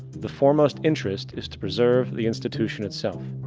the foremost interest is to preserve the institution itself.